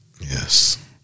Yes